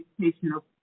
educational